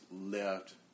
left